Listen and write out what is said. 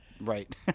right